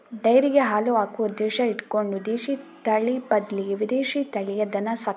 ಡೈರಿಗೆ ಹಾಲು ಹಾಕುವ ಉದ್ದೇಶ ಇಟ್ಕೊಂಡು ದೇಶೀ ತಳಿ ಬದ್ಲಿಗೆ ವಿದೇಶೀ ತಳಿಯ ದನ ಸಾಕ್ತಾರೆ